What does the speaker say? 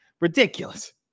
ridiculous